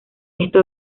esto